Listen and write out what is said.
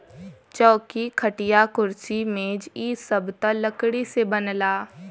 चौकी, खटिया, कुर्सी मेज इ सब त लकड़ी से बनला